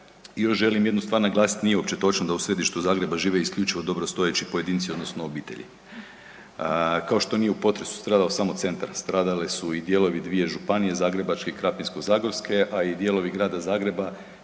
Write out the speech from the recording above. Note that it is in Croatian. I još želim jednu stvar naglasiti da u središtu Zagreba žive isključivo dobrostojeći pojedinci odnosno obitelji. Kao što nije u potresu stradao samo centar, stradale su i dijelovi 2 županije, Zagrebačke i Krapinsko-zagorske, a i dijelovi Grada Zagreba